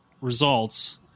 results